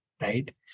right